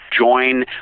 Join